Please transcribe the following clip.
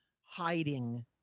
hiding